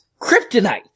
Kryptonite